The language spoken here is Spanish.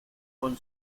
con